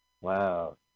Wow